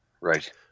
right